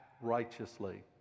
righteously